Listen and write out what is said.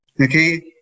Okay